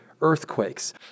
earthquakes